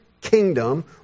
kingdom